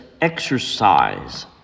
exercise